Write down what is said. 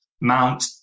Mount